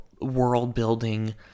world-building